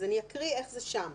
אני אקריא איך זה כתוב שם: